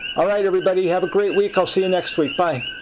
alright, everybody have a great week. i'll see you next week. bye.